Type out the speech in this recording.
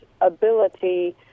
ability